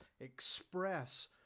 express